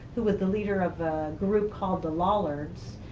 who was the leader of a group called the lollards,